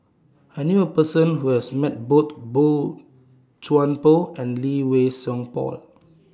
I knew A Person Who has Met Both Boey Chuan Poh and Lee Wei Song Paul